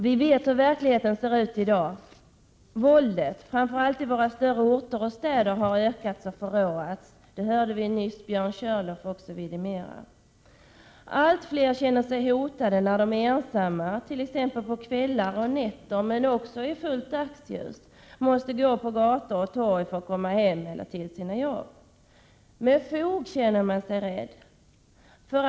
Vi vet hur verkligheten ser ut i dag. Våldet, framför allt i våra större orter och städer, har ökat och förråats. Det hörde vi Björn Körlof vidimera nyss. Allt fler känner sig hotade när de ensamma t.ex. på kvällar och nätter — men också i fullt dagsljus — måste gå på gator och torg för att komma hem eller till sina jobb. Många känner sig rädda med fog.